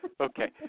Okay